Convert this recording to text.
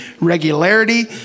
regularity